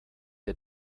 der